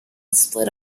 split